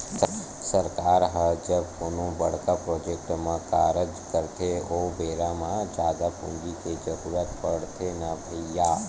सरकार ह जब कोनो बड़का प्रोजेक्ट म कारज करथे ओ बेरा म जादा पूंजी के जरुरत पड़थे न भैइया